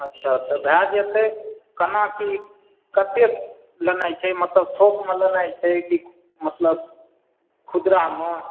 अच्छा तऽ भए जेतै केना की कतेक लेनाइ छै मतलब थोकमे लेनाइ छै की मतलब खुदरामे